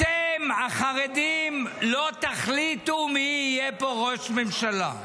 אתם החרדים לא תחליטו מי יהיה פה ראש הממשלה.